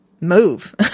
move